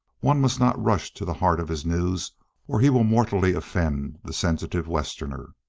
one must not rush to the heart of his news or he will mortally offend the sensitive westerner.